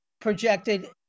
projected